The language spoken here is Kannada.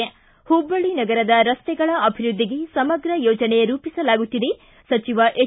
ಿ ಹುಬ್ಬಳ್ಳಿ ನಗರದ ರಸ್ತೆಗಳ ಅಭಿವೃದ್ದಿಗೆ ಸಮಗ್ರ ಯೋಜನೆಗೆ ರೂಪಿಸಲಾಗುತ್ತಿದೆ ಸಚಿವ ಹೆಚ್